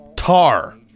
Tar